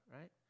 right